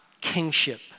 kingship